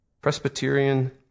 Presbyterian